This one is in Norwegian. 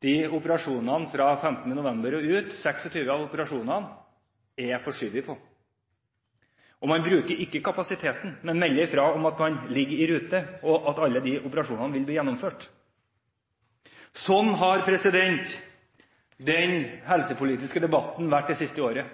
de operasjonene som er planlagt frem til jul. Allikevel ser vi at operasjonene fra 15. november og ut, 26 av operasjonene, er forskjøvet. Man bruker ikke kapasiteten, men melder fra om at man er i rute, og at alle operasjonene vil bli gjennomført. Sånn har den helsepolitiske debatten vært det siste året.